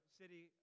city